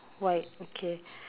white okay